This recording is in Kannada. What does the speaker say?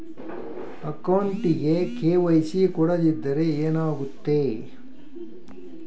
ಅಕೌಂಟಗೆ ಕೆ.ವೈ.ಸಿ ಕೊಡದಿದ್ದರೆ ಏನಾಗುತ್ತೆ?